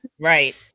Right